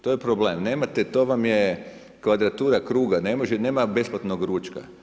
To je problem, nemate, to vam je kvadratura kruga, ne može, nema besplatnog ručka.